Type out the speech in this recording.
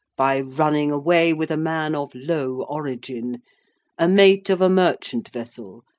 by running away with a man of low origin a mate of a merchant-vessel,